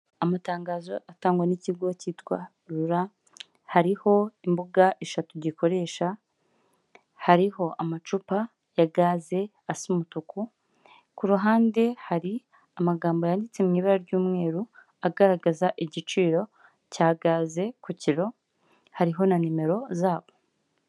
Amatangazo atangwa n'ikigo cyitwa Rura, hariho imbuga eshatu gikoresha, hariho amacupa ya gaze asa umutuku, ku ruhande hari amagambo yanditse mu ibara ry'umweru agaragaza igiciro cya gaze ku kiro, hariho na nimero zabo.